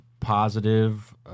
positive